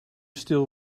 still